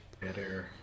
better